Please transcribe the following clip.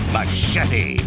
Machete